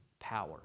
Power